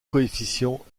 coefficients